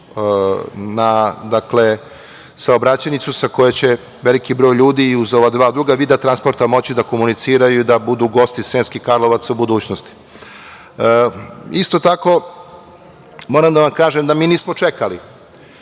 na saobraćajnicu koju će veliki broj ljudi i uz ova dva druga vida transporta moći da komuniciraju i da budu gosti Sremskih Karlovaca u budućnosti. Isto tako, moram da vam kažem da mi nismo čekali.